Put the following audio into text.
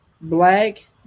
Black